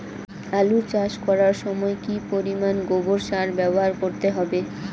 আলু চাষ করার সময় কি পরিমাণ গোবর সার ব্যবহার করতে হবে?